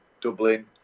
Dublin